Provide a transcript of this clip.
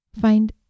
find